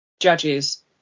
judges